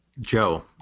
Joe